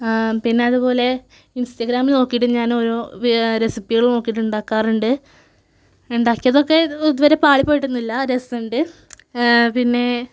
പിന്നെ അതുപോലെ ഇൻസ്റ്റാഗ്രാമിൽ നോക്കിയിട്ടും ഞാൻ ഓരോ റെസിപ്പികൾ നോക്കിയിട്ട് ഉണ്ടാക്കാറുണ്ട് ഉണ്ടാക്കിയതൊക്കെ ഇതുവരെ പാളിപോയിട്ടൊന്നുമില്ല രസമുണ്ട് പിന്നെ